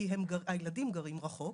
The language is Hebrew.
כי הילדים גרים רחוק,